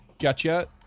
Gotcha